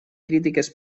crítiques